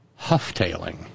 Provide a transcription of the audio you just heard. Hufftailing